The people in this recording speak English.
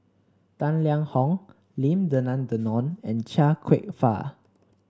Tang Liang Hong Lim Denan Denon and Chia Kwek Fah